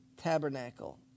tabernacle